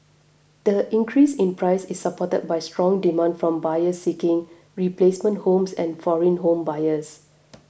the increase in price is supported by strong demand from buyers seeking replacement homes and foreign home buyers